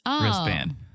wristband